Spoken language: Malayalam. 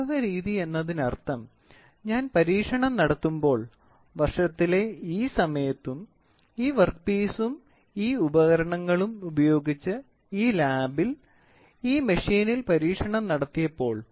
അനുഭവ രീതി എന്നതിനർത്ഥം ഞാൻ പരീക്ഷണം നടത്തുമ്പോൾ വർഷത്തിലെ ഈ സമയത്തും ഈ വർക്ക്പീസും ഈ ഉപകരണങ്ങളും ഉപയോഗിച്ച് ഈ ലാബിൽ ഞാൻ ഈ മെഷീനിൽ പരീക്ഷണം നടത്തിയപ്പോൾ